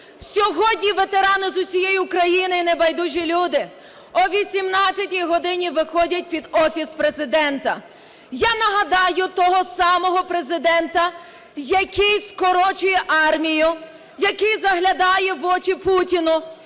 Сьогодні ветерани з усієї України і небайдужі люди о 18 годині виходять під Офіс Президента. Я нагадаю, того самого Президента, який скорочує армію, який заглядає в очі Путіну,